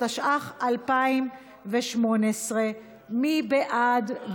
התשע"ח 2018. מי בעד?